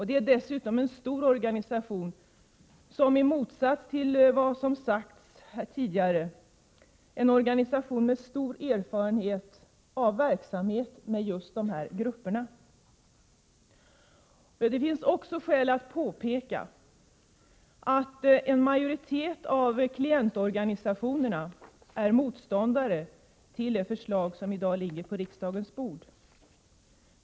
Det är dessutom en stor organisation, som, i motsats till vad som har sagts tidigare, har en omfattande erfarenhet av verksamhet med just dessa grupper. Det finns också skäl att påpeka att en majoritet av klientorganisationerna är motståndare till det förslag som i dag ligger på riksdagens bord.